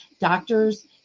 doctors